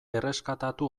erreskatatu